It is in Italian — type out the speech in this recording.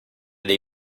dei